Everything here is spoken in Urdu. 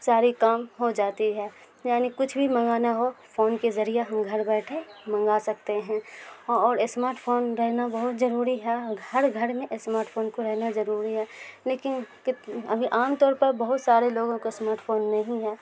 ساری کام ہو جاتی ہے یعنی کچھ بھی منگانا ہو فون کے ذریعہ ہم گھر بیٹھے منگا سکتے ہیں اور اسمارٹ فون رہنا بہت ضروری ہے گر گھر میں اسمارٹ فون کو رہنا ضروری ہے لیکن ابھی عام طور پر بہت سارے لوگوں کو اسمارٹ فون نہیں ہے